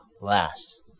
last